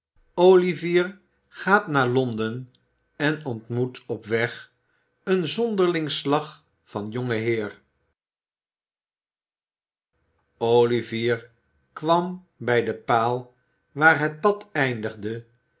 olivier gaat naar londen bn ontmoet op weg ken zonderling slag van jongen heer olivier kwam bij den paal waar het pad eindigde